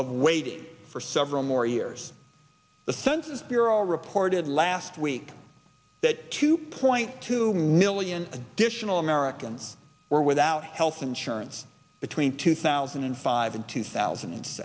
of waiting for several more years the census bureau reported last week that two point two million additional americans were without health insurance between two thousand and five and two thousand